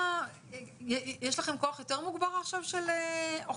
יש לכם כוח יותר מוגבר של אוכפים,